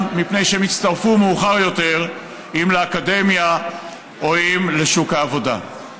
מפני שהם הצטרפו מאוחר יותר לאקדמיה או לשוק העבודה.